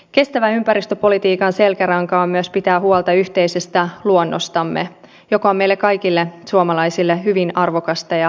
kestävän ympäristöpolitiikan selkäranka on myös pitää huolta yhteisestä luonnostamme joka on meille kaikille suomalaisille hyvin arvokas ja tärkeä